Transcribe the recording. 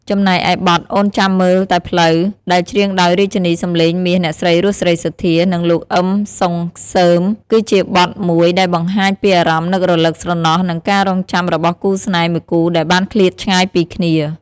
ចំណែកឯបទ អូនចាំមើលតែផ្លូវ ដែលច្រៀងដោយរាជិនីសំឡេងមាស អ្នកស្រី រស់ សេរីសុទ្ធា និងលោក អ៊ឹម សុងសឺម គឺជាបទមួយដែលបង្ហាញពីអារម្មណ៍នឹករលឹក ស្រណោះ និងការរង់ចាំរបស់គូស្នេហ៍មួយគូដែលបានឃ្លាតឆ្ងាយពីគ្នា។